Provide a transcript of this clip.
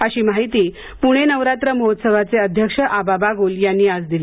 अशी माहिती पुणे नवरात्र महोत्सवाचे अध्यक्ष आबा बागुल यांनी आज दिली